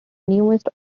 newest